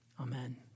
Amen